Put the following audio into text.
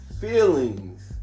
feelings